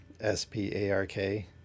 S-P-A-R-K